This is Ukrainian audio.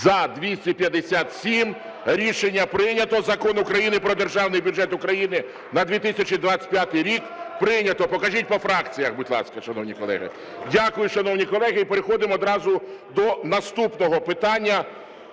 За-257 Рішення прийнято. Закон України "Про Державний бюджет України на 2025 рік" прийнято. Покажіть по фракціях, будь ласка, шановні колеги. Дякую. Шановні колеги, переходимо одразу до наступного питання.